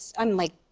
i'm, like,